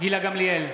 גילה גמליאל,